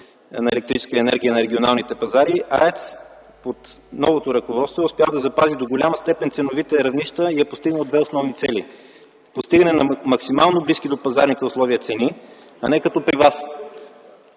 на електрическа енергия на регионалните пазари АЕЦ под новото ръководство е успяла да запази до голяма степен ценовите равнища и е постигнала две основни цели: Постигане на максимално близки до пазарните условия цени, а не като при вас.